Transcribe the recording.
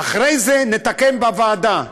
אחרי זה נתקן בוועדה.